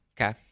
Okay